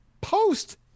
post